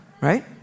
right